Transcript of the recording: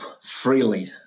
Freely